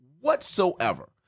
whatsoever